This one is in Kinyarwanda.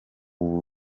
imana